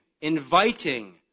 inviting